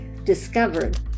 discovered